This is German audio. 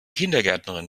kindergärtnerin